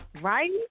Right